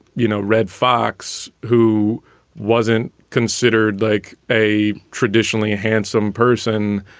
you know, red fox who wasn't considered like a traditionally handsome person,